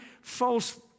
false